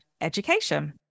education